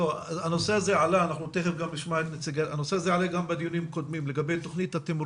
הנושא הזה עלה גם בדיונים קודמים לגבי תכנית התמרור.